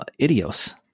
idios